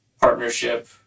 partnership